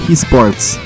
Esports